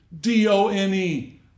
D-O-N-E